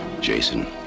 Jason